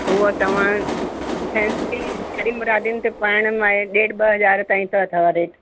हुअ तव्हां फैंसी शादी मुरादीनि ते पाइण माए ॾेढ ॿ हज़ार ताईं त अथव रेट